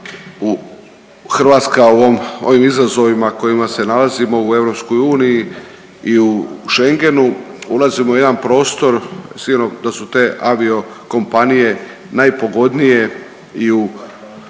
Hrvatska u ovim izazovima kojima se nalazimo u EU i u Schengenu ulazimo u jedan prostor. Sigurno da su te avio kompanije najpogodnije i izvan